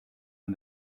and